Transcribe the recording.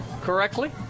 correctly